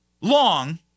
long